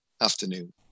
afternoon